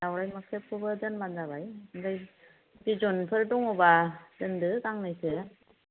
दाउराइ मोख्रेबखौबो दोनबानो जाबाय ओमफ्राय बिदनफोर दङब्ला दोनदो गांनैसो